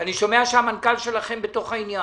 אני שומע שהמנכ"ל שלכם בעניין.